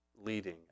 leading